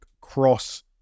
cross